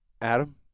Adam